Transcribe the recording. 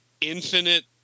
infinite